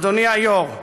אדוני היו"ר,